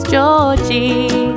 Georgie